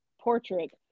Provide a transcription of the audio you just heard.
portrait